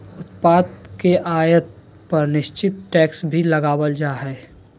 उत्पाद के आयात पर निश्चित टैक्स भी लगावल जा हय